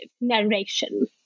narration